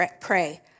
pray